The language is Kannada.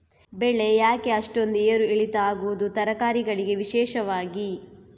ಬೆಳೆ ಯಾಕೆ ಅಷ್ಟೊಂದು ಏರು ಇಳಿತ ಆಗುವುದು, ತರಕಾರಿ ಗಳಿಗೆ ವಿಶೇಷವಾಗಿ?